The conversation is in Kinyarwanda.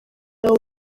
nabo